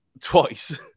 twice